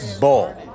bull